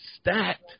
stacked